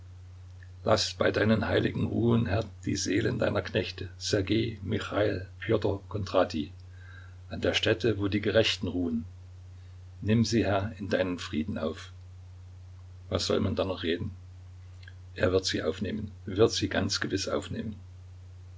laß bei deinen heiligen ruhen herr die seelen deiner knechte ssergej michail pjotr kondratij an der stätte wo die gerechten ruhen nimm sie herr in deinen frieden auf was soll man da noch reden er wird sie aufnehmen wird sie ganz gewiß aufnehmen